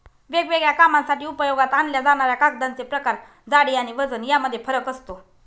वेगवेगळ्या कामांसाठी उपयोगात आणल्या जाणाऱ्या कागदांचे प्रकार, जाडी आणि वजन यामध्ये फरक असतो